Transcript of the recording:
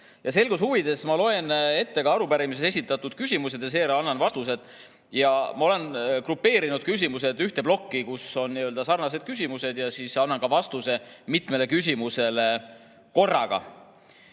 Selguse huvides ma loen ette arupärimises esitatud küsimused ja seejärel annan vastused. Ma olen grupeerinud küsimused ühte plokki, kus on sarnased küsimused, ja annan ka vastuse mitmele küsimusele korraga.